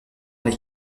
les